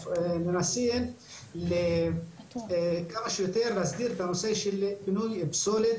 מנסים כמה שיותר להסדיר את הנושא של פינוי פסולת